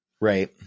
Right